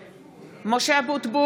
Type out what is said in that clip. (קוראת בשמות חברי הכנסת) משה אבוטבול,